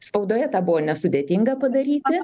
spaudoje tą buvo nesudėtinga padaryti